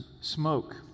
smoke